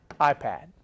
iPad